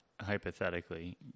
hypothetically